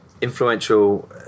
influential